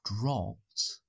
dropped